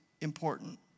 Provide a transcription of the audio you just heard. important